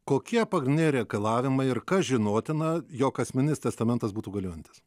kokie pagrindiniai reikalavimai ir kas žinotina jog asmeninis testamentas būtų galiojantis